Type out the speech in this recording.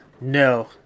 No